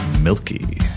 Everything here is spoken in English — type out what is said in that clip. Milky